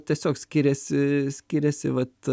tiesiog skiriasi skiriasi vat